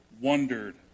wondered